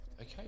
Okay